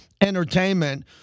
entertainment